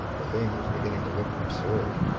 the thing was beginning to look absurd.